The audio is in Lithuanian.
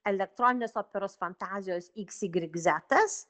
elektroninės operos fantazijos iks ygrik zetas